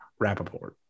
Rappaport